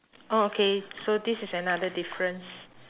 oh okay so this is another difference